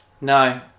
No